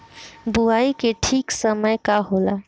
बुआई के ठीक समय का होला?